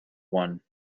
one